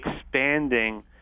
expanding